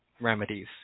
remedies